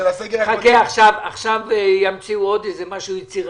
עכשיו ימציאו עוד משהו יצירתי.